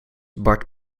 bart